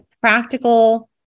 practical